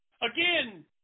Again